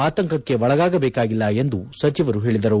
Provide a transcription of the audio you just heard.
ಆತಂಕಕ್ಕೆ ಒಳಗಾಗಬೇಕಿಲ್ಲ ಎಂದು ಸಚಿವರು ಹೇಳದರು